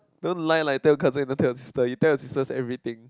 don't lie like that cause you don't even care your sister you tell your sister everything